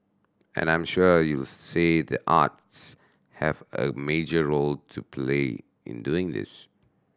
and I'm sure you'll say the arts have a major role to play in doing this